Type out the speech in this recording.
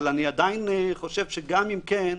גם אם כן,